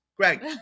Greg